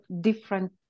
different